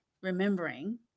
remembering